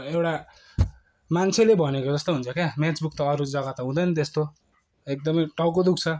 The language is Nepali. एउटा मान्छेले भनेको जस्तो हुन्छ क्या म्याथ्स बुक त अरू जग्गा हुँदैन त्यस्तो एकदमै टाउको दुख्छ